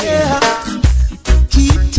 Keep